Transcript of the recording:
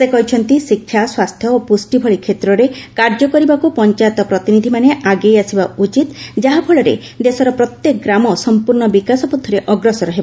ସେ କହିଛନ୍ତି ଶିକ୍ଷା ସ୍ୱାସ୍ଥ୍ୟ ଓ ପୁଷ୍ଟି ଭଳି କ୍ଷେତ୍ରରେ କାର୍ଯ୍ୟ କରିବାକୁ ପଞ୍ଚାୟତ ପ୍ରତିନିଧିମାନେ ଆଗେଇ ଆସିବା ଉଚିତ ଯାହାଫଳରେ ଦେଶର ପ୍ରତ୍ୟେକ ଗ୍ରାମ ସମ୍ପୂର୍ଣ୍ଣ ବିକାଶ ପଥରେ ଅଗ୍ସର ହେବ